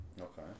okay